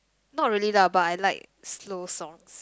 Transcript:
not really lah but I like slow songs